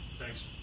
thanks